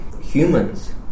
humans